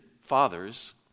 fathers